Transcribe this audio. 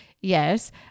Yes